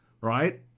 ...right